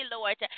Lord